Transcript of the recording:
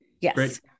Yes